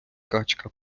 качка